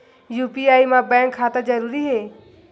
UPI मा bank खाता जरूरी हे?